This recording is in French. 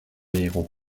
héros